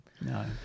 no